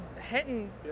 hitting